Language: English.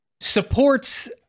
supports